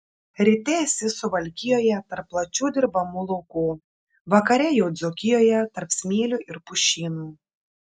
ryte esi suvalkijoje tarp plačių dirbamų laukų vakare jau dzūkijoje tarp smėlių ir pušynų